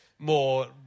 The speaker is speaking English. more